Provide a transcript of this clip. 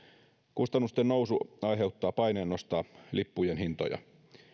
kustannusten nousu aiheuttaa paineen nostaa lippujen hintoja